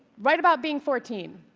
write about being fourteen.